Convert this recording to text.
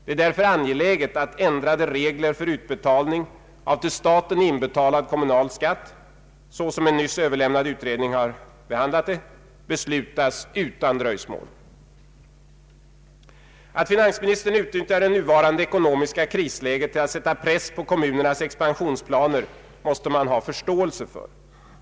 Det är därför angeläget att ändrade regler för utbetalning av till staten inbetalad kommunal skatt — som den nyss överlämnade utredningen behandlat — beslutas utan dröjsmål. Att finansministern utnyttjar det nuvarande ekonomiska krisläget till att sätta press på kommunernas expansionsplaner måste man ha en viss förståelse för.